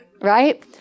Right